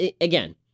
again